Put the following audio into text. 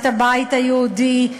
את הבית היהודי,